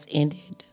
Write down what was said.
ended